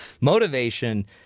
motivation